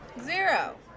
Zero